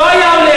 לא היה עולה,